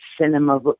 Cinema